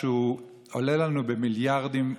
שעולה לנו במיליארדים,